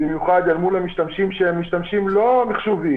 במיוחד אל מול המשתמשים שהם משתמשים לא מחשוביים.